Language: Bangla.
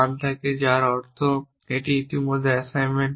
যার অর্থ এটি ইতিমধ্যেই অ্যাসাইনমেন্টে রয়েছে